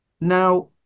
Now